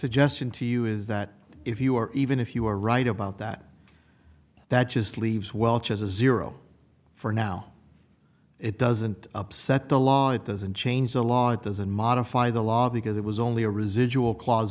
suggestion to you is that if you are even if you are right about that that just leaves welch as a zero for now it doesn't upset the law it doesn't change the law doesn't modify the law because it was only a residual cla